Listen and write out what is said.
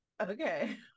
okay